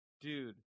dude